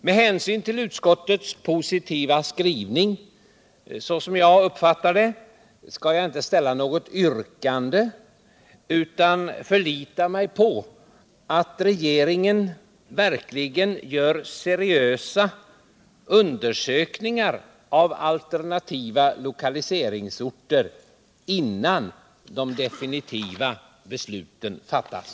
Med hänsyn till utskottets positiva skrivning, såsom jag uppfattar den, skalljag inte ställa något yrkande, utan förlitar mig på att regeringen verkligen gör seriösa undersökningar av alternativa lokaliseringsorter innan de definitiva besluten fattas.